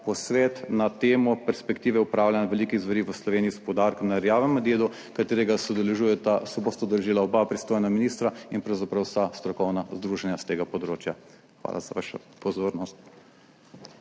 na temo Perspektive upravljanja velikih zveri v Sloveniji s poudarkom na rjavem medvedu, katerega se udeležujeta, se bosta udeležila oba pristojna ministra in pravzaprav vsa strokovna združenja s tega področja. Hvala za vašo pozornost.